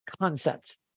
concept